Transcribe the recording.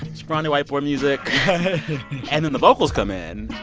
scrawny-white-boy music and then the vocals come in,